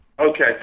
Okay